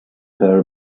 her